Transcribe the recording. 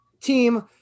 team